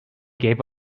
gave